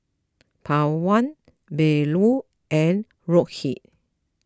Pawan Bellur and Rohit